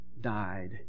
died